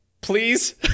please